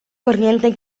corriente